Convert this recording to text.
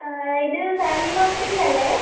ഇത് family hospital അല്ലേ